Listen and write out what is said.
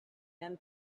men